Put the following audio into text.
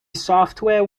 software